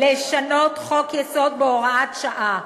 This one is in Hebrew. לשנות חוק-יסוד בהוראת שעה,